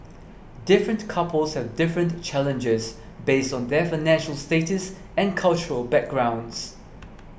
different couples have different challenges based on their financial status and cultural backgrounds